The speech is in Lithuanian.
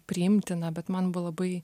priimtina bet man buvo labai